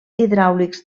hidràulics